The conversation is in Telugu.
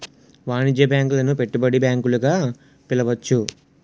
వాణిజ్య బ్యాంకులను పెట్టుబడి బ్యాంకులు గా పిలవచ్చు